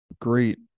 great